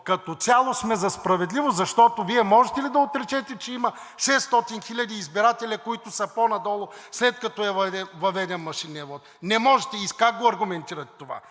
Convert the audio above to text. като цяло сме за справедливост, защото Вие можете ли да отречете, че има 600 хиляди избиратели, които са по-надолу, след като е въведен машинният вот? Не можете. И как го аргументирате това?